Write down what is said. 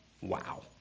wow